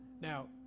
Now